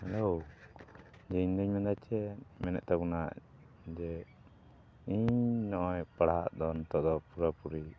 hello ᱡᱮ ᱤᱧᱫᱩᱧ ᱢᱮᱱᱮᱫᱟ ᱪᱮᱫ ᱢᱮᱱᱮᱫ ᱛᱟᱵᱚᱱᱟ ᱡᱮ ᱤᱧ ᱱᱚᱜᱼᱚᱭ ᱯᱟᱲᱦᱟᱜ ᱫᱚ ᱱᱤᱛᱚᱜ ᱫᱚ ᱯᱩᱨᱟᱹᱯᱩᱨᱤ